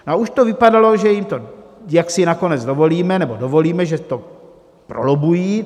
A už to vypadalo, že jim to nakonec dovolíme nebo dovolíme, že to prolobbují.